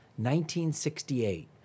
1968